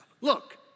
Look